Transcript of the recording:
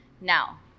Now